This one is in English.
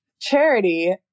Charity